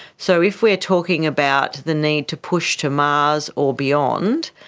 so if we are talking about the need to push to mars or beyond,